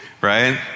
right